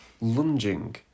lunging